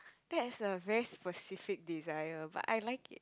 that is a very specific desire but I like it